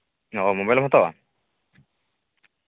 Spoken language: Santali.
ᱚ ᱢᱳᱵᱟᱭᱤᱞᱮᱢ ᱦᱟᱛᱟᱣᱟ